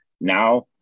Now